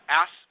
ask